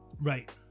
Right